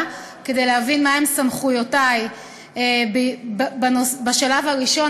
כדי להבין מה הן סמכויותי בשלב הראשון,